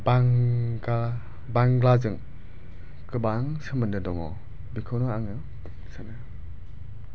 बांग्ला बांग्लाजों गोबां सोमोन्दो दङ बेखौनो आङो बुंनो सोनो